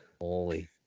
holy